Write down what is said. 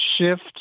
shift